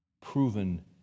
Proven